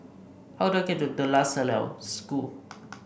how do I get to De La Salle School